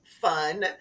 fun